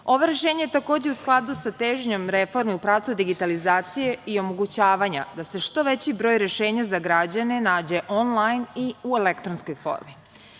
Ovo rešenje takođe je u skladu sa težnjom reforme u pravcu digitalizacije i omogućavanja da se što veći broj rešenja za građane nađe onlajn i u elektronskoj formi. Drugo